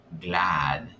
glad